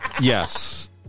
Yes